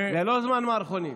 זה לא זמן מערכונים.